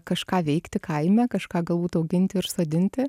kažką veikti kaime kažką galbūt auginti ir sodinti